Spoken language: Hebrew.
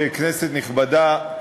כנסת נכבדה,